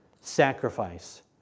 sacrifice